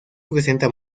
presenta